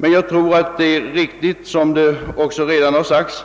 Men jag tror det är riktigt, som också redan har anförts,